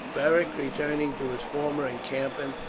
beric returning to his former encampment,